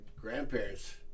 grandparents